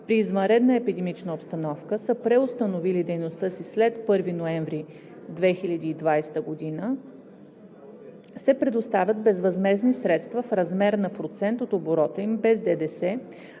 при извънредна епидемична обстановка са преустановили дейността си след 1 ноември 2020 г., се предоставят безвъзмездни средства в размер на процент от оборота им без ДДС